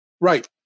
right